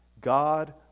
god